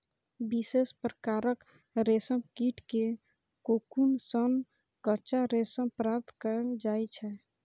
विशेष प्रकारक रेशम कीट के कोकुन सं कच्चा रेशम प्राप्त कैल जाइ छै